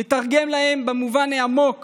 לתרגם להם במובן העמוק